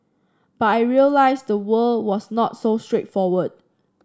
but I realised the world was not so straightforward